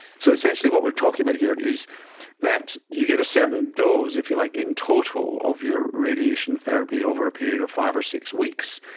so essentially what we are talking about here is that you get a certain dose, if you like, in total of your radiation therapy over a period of five or six weeks,